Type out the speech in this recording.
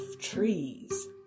trees